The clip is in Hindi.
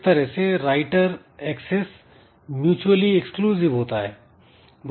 इस तरह से राइटर एक्सेस Mutually एक्सक्लूसिव होता है